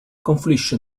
confluisce